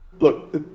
Look